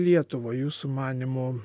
lietuvą jūsų manymu